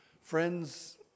Friends